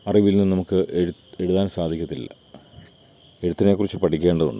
അറിവിൽ നിന്നും നമുക്ക് എഴ് എഴുതാൻ സാധിക്കത്തില്ല എഴുത്തിനെക്കുറിച്ച് പഠിക്കേണ്ടതുണ്ട്